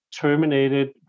terminated